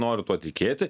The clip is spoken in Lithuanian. noriu tuo tikėti